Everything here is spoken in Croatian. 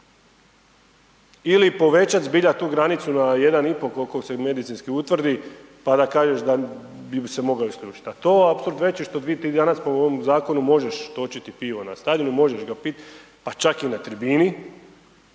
ili povećati zbilja tu granicu na 1,5 koliko se medicinski utvrdi pa da kažeš da bi se moglo isključiti, a to apsurd veći što .../Govornik se ne razumije./... danas po ovom zakonu možeš točiti pivo na stadionu, možeš ga piti pa čak i na tribini